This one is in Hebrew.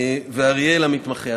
ואריאל המתמחה.